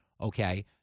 Okay